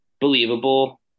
believable